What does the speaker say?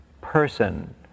person